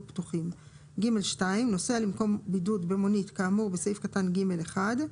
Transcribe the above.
פתוחים; (ג2) נוסע למקום בידוד במונית כאמור בסעיף קטן (ג1),